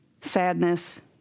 sadness